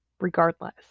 regardless